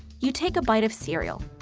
you take a bite of cereal.